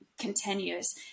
continues